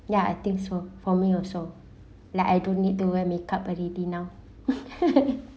ya I think so for me also like I do need to wear makeup but ready now